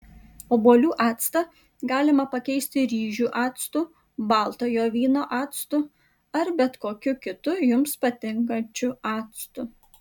obuolių actą galima pakeisti ryžių actu baltojo vyno actu ar bet kokiu kitu jums patinkančiu actu